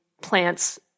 plants